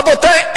רבותי,